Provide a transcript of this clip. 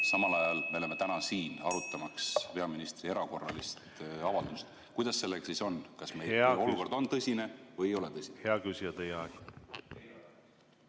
Samal ajal me oleme täna siin, arutamaks peaministri erakorralist avaldust. Kuidas sellega siis on, kas meie olukord on tõsine või ei ole tõsine? Hea küsija, teie aeg!